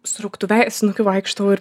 surauktu vei snukiu vaikštau ir